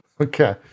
Okay